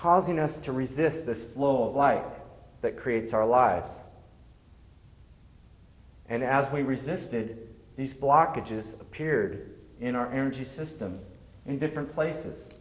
causing us to resist the slow like that creates our lives and as we resisted these blockages appeared in our energy system in different places